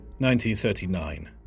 1939